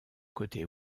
côté